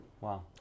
Wow